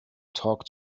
talk